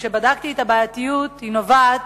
הבעייתיות נובעת